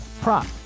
prop